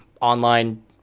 online